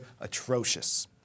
atrocious